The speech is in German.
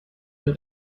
der